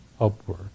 upward